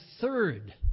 third